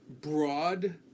broad